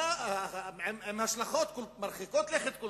עם השלכות מרחיקות לכת,